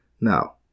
Now